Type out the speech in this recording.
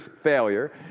failure